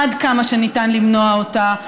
עד כמה שניתן למנוע אותה.